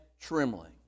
trembling